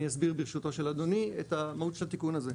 אני אסביר ברשותו של אדוני את המהות של התיקון הזה.